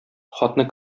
хатны